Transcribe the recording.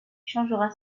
changera